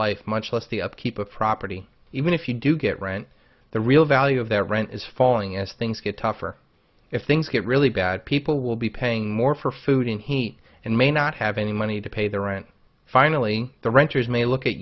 life much less the upkeep of property even if you do get rent the real value of their rent is falling as things get tougher if things get really bad people will be paying more for food and heat and may not have any money to pay their rent finally the renters may look at